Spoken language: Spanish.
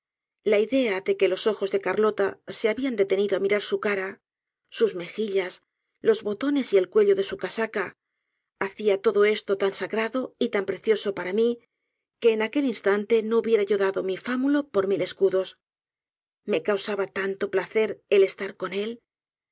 la idea de que los ojos de carlota se habían detenido á mirar su cara sus mejillas los botones y el cuello de su casaca hacia todo esto tan sagrado y tan precioso para m í que en aquel instante no hubien yo dado mi fámulo por mil escudos me causaba tanto piacer el estar con él